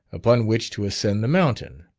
upon which to ascend the mountain.